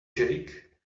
jake